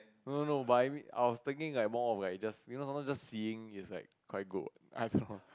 no no no but I mean I was thinking like more of like just you know sometimes just seeing is like quite good what I don't know